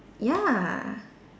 ya